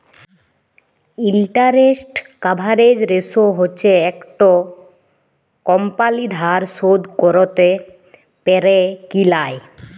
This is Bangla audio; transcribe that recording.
ইলটারেস্ট কাভারেজ রেসো হচ্যে একট কমপালি ধার শোধ ক্যরতে প্যারে কি লায়